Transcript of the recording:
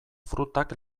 frutak